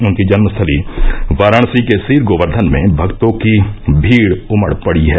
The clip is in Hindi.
उनकी जन्म स्थली वाराणसी के सीर गोवर्धन में भक्तों की भीड उमड़ पड़ी है